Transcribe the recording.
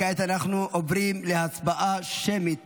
כעת אנו עוברים להצבעה שמית